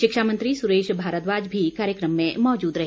शिक्षा मंत्री सुरेश भारद्वाज भी कार्यक्रम में मौजूद रहे